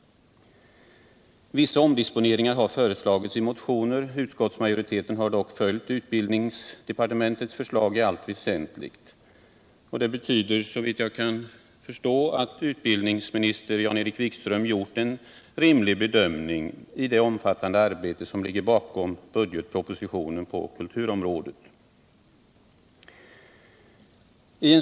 Vissa omdisponeringar har föreslagits i motioner. Utskottsmajoriteten har dock följt utbildningsdepartementets förslag i allt väsentligt. Det betyder såvitt jag kan förstå att utbildningsminister Jan-Erik Wikström gjort en rimlig bedömning i det omfattande arbete som ligger bakom budgetpropositionen på kulturområdet.